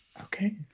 Okay